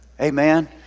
Amen